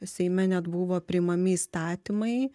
seime net buvo priimami įstatymai